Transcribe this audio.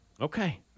Okay